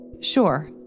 Sure